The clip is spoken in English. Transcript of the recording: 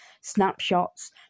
snapshots